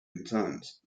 concerns